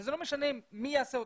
וזה לא משנה מי יעשה אותה,